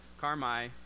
Carmi